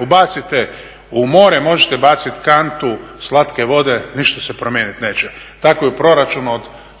ubacite, u more možete baciti kantu slatke vode, ništa se promijeniti neće. Tako i u proračunu od 115,